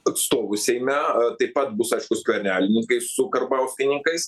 atstovų seime taip pat bus aišku skvernelininkai su karbauskininkais